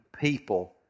people